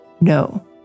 No